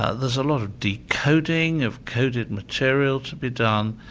ah there's a lot of decoding of coded material to be done,